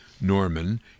Norman